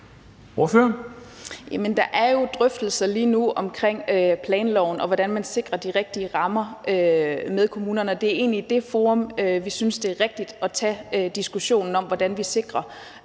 der er jo drøftelser lige nu omkring planloven og hvordan man sikrer de rigtige rammer for kommunerne, og det er egentlig i det forum, vi synes det er rigtigt at tage diskussionen om, hvordan vi sikrer